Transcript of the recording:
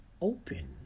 open